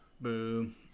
Boom